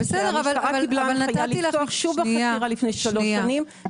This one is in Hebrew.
שהמשטרה קיבלה הנחיה לפתוח שוב בחקירה לפני שלוש שנים.